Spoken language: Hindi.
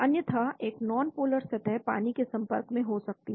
अन्यथा एक non polar सतह पानी के संपर्क में हो सकती है